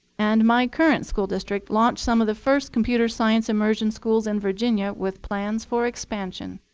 and my current school district launched some of the first computer science immersion schools in virginia with plans for expansion.